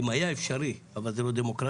אם היה אפשרי אבל זה לא דמוקרטי,